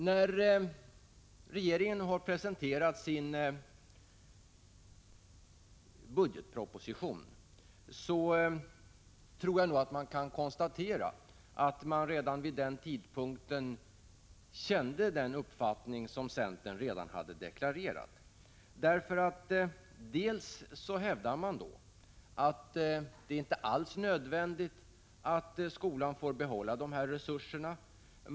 Jag tror att man redan vid den tidpunkt då regeringen presenterade sin budgetproposition kände till den uppfattning som centern hade deklarerat. Man hävdar nämligen att det inte alls är nödvändigt att skolan får behålla de här resurserna.